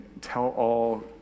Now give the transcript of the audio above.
tell-all